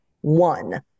one